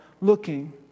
looking